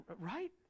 right